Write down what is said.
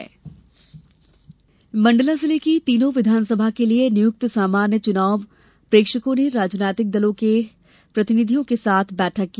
बैठक मंडला जिले की तीनों विधानसभा के लिये नियुक्त सामान्य चूनाव प्रेक्षकों ने राजनैतिक दलों के प्रतिनिधियों के साथ बैठक की